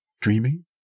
Dreaming